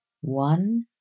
One